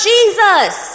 Jesus